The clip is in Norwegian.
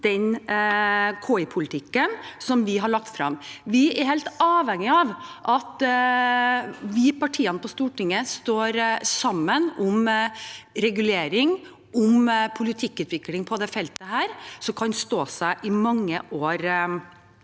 den KI-politikken som vi har lagt fram. Vi er helt avhengige av at partiene på Stortinget står sammen om regulering og politikkutvikling på dette feltet, som kan stå seg i mange år